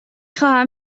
خواهم